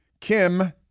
Kim